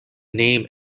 name